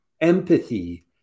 Empathy